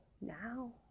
Now